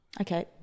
Okay